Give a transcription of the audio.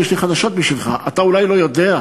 צריך לעצור את זה כמה שיותר